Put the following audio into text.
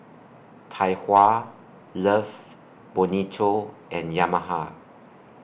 Tai Hua Love Bonito and Yamaha